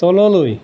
তললৈ